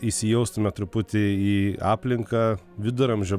įsijaustume truputį į aplinką viduramžių